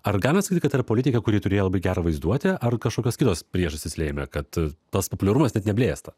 ar galima sakyt kad tai yra politikė kuri turėjo labai gerą vaizduotę ar kažkokios kitos priežastys lėmė kad tas populiarumas net neblėsta